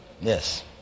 Yes